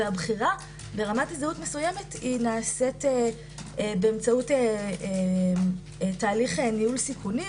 והבחירה ברמת הזדהות מסוימת נעשית באמצעות תהליך ניהול סיכונים,